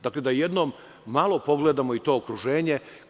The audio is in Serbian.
Dakle, da jednom malo pogledamo to okruženje.